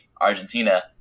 Argentina